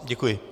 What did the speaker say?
Děkuji.